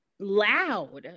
loud